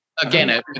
Again